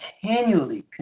continually